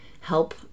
help